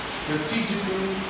strategically